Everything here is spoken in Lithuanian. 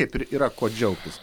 kaip ir yra kuo džiaugtis